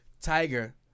Tiger